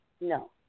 No